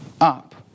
up